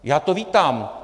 Já to vítám.